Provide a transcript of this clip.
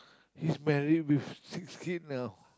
he's married with six kid now